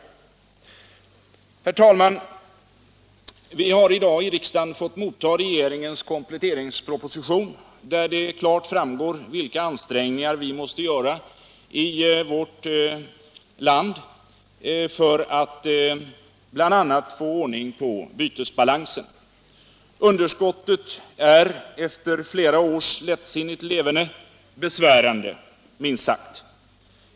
Vi har, herr talman, i dag i riksdagen fått motta regeringens kompletteringsproposition, där det klart framgår vilka ansträngningar vi måste göra i vårt land för att bl.a. få ordning på bytesbalansen. Underskottet är — efter flera års lättsinnigt leverne — besvärande, minst sagt.